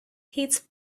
his